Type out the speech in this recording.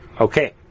Okay